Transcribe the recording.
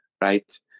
right